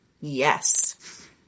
Yes